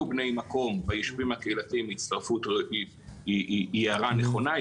בני מקום ביישובים הקהילתיים הצטרפות -- -היא הערה נכונה,